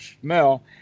smell